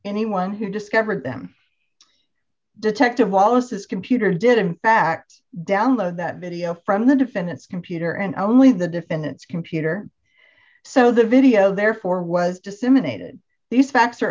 anyone who discovered them detective wallace's computer did in fact download that video from the defendant's computer and only the defendant's computer so the video therefore was disseminated these fact